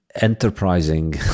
enterprising